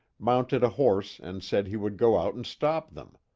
mounted a horse and said he would go out and stop them.